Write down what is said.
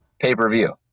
pay-per-view